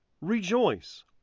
Rejoice